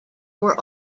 were